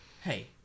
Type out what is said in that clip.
Hey